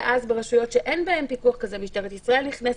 ואז ברשויות שאין בהן פיקוח כזה משטרת ישראל נכנסת.